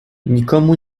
nikomu